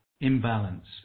imbalance